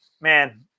man